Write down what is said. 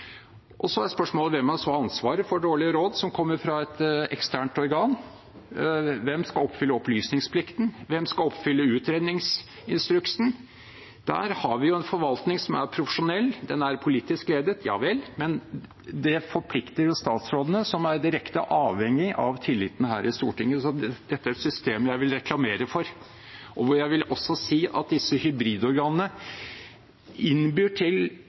Så er spørsmålet: Hvem har så ansvaret for dårlige råd som kommer fra et eksternt organ? Hvem skal oppfylle opplysningsplikten? Hvem skal oppfylle utredningsinstruksen? Der har vi en forvaltning som er profesjonell. Den er politisk ledet, ja vel, men det forplikter statsrådene, som er direkte avhengige av tilliten her i Stortinget. Dette er et system jeg vil reklamere for, og jeg vil også si at disse hybridorganene innbyr til